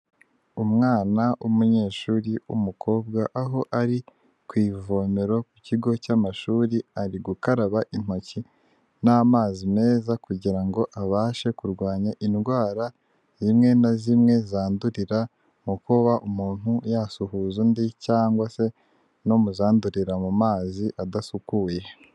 Umwana w'umunyeshuri w'umukobwa aho ari ku ivomero ku kigo cy'amashuri ari gukaraba intoki n'amazi meza kugira ngo abashe kurwanya indwara zimwe na zimwe zandurira mu kuba umuntu yasuhuza undi cyangwa se no mu zandurira mu mazi adasukuye.